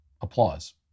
applause